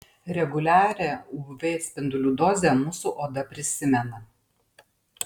reguliarią uv spindulių dozę mūsų oda prisimena